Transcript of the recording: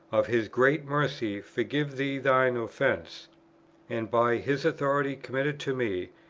of his great mercy forgive thee thine offences and by his authority committed to me,